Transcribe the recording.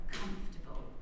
comfortable